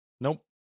Nope